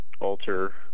alter